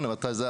מתי זה היה,